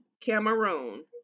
Cameroon